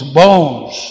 bones